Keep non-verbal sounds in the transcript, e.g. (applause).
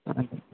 (unintelligible)